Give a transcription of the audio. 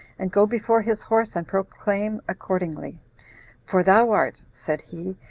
and go before his horse and proclaim accordingly for thou art, said he,